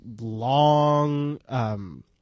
long